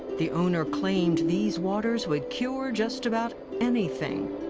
the owner claimed, these waters would cure just about anything.